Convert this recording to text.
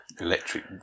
electric